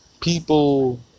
people